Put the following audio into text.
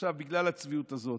עכשיו, בגלל הצביעות הזאת,